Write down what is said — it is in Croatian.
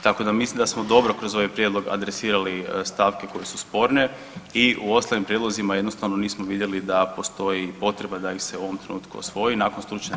Tako da mislim da smo dobro kroz ovaj prijedlog adresirali stavke koje su sporne i u ostalim prijedlozima jednostavno nismo vidjeli da postoji potreba da ih se u ovom trenutku osvoji nakon stručne rasprave.